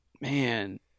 man